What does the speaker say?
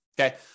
Okay